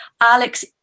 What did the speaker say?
Alex